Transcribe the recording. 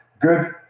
good